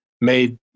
made